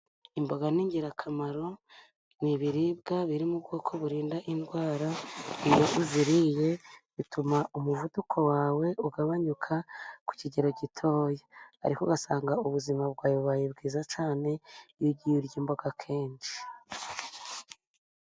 Imboga ni ingirakamaro, ni ibiribwa biririmo ubwoko burinda indwara, iyo uziriye bituma umuvuduko wawe ugabanyuka ku kigero gitoya, ariko ugasanga ubuzima bwawe bubaye bwiza cyane, iyo ugiye urya imboga kenshi.